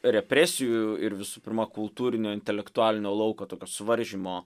represijų ir visų pirma kultūrinio intelektualinio lauko tokio suvaržymo